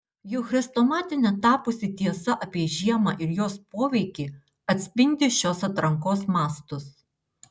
jau chrestomatine tapusi tiesa apie žiemą ir jos poveikį atspindi šios atrankos mastus